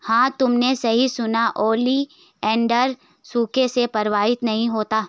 हां तुमने सही सुना, ओलिएंडर सूखे से प्रभावित नहीं होता